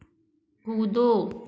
कूदो